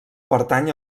pertany